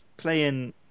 playing